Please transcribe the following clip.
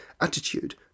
attitude